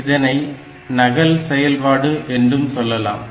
இதனை நகல் செயல்பாடு என்றும் சொல்லலாம்